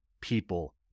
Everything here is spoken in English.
people